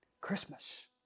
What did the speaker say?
Christmas